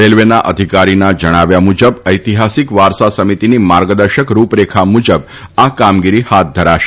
રેલવેના અધિકારીના જણાવ્યા મુજબ ઐતિહાસિક વારસા સમિતિની માર્ગદર્શક રૂપરેખા મુજબ આ કામગીરી હાથ ધરાશે